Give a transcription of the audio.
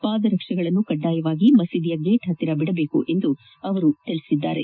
ಪಾದರಕ್ಷೆಗಳನ್ನು ಕಡ್ಡಾಯವಾಗಿ ಮಸೀದಿಯ ಗೇಟ್ ಹೊರಗೆ ಬಿಡಬೇಕು ಎಂದು ತಿಳಿಸಿದ್ದಾರೆ